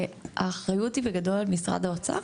האחריות היא בגדול על משרד האוצר,